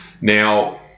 now